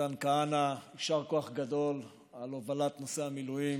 ומתן כהנא, יישר כוח גדול על הובלת נושא המילואים,